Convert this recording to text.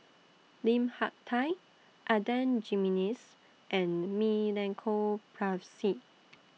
Lim Hak Tai Adan Jimenez and Milenko Prvacki